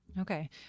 Okay